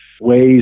ways